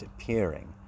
appearing